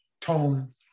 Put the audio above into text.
tone